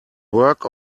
work